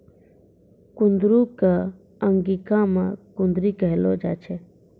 कुंदरू कॅ अंगिका मॅ कुनरी कहलो जाय छै